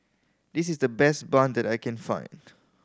this is the best bun that I can find